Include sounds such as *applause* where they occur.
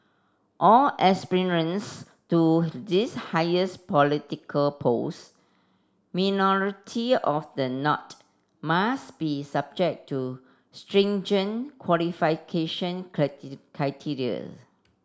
all aspirants to this highest political post minority of the not must be subject to stringent qualification *unintelligible* criteria